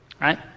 right